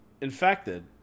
infected